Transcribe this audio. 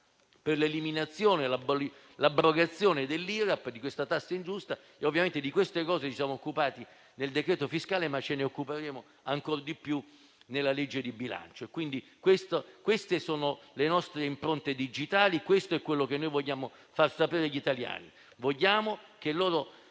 per l'eliminazione e l'abrogazione dell'IRAP, una tassa ingiusta. Ci siamo occupati di tali questioni nel decreto fiscale, ma ce ne occuperemo ancor di più nella legge di bilancio. Queste sono le nostre impronte digitali, questo è quello che noi vogliamo far sapere agli italiani.